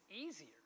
easier